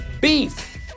beef